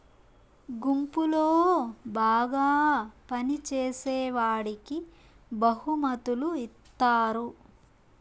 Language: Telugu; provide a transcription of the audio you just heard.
గుంపులో బాగా పని చేసేవాడికి బహుమతులు ఇత్తారు